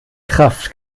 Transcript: kraft